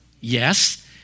Yes